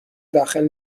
داخل